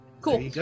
cool